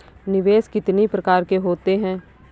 निवेश कितनी प्रकार के होते हैं?